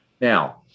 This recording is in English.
Now